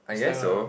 I guess so